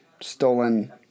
stolen